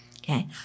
Okay